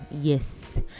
Yes